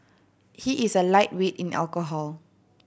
he is a lightweight in alcohol